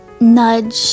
nudge